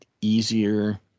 easier